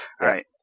Right